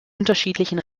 unterschiedlichen